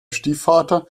stiefvater